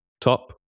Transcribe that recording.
top